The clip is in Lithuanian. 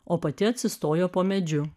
o pati atsistojo po medžiu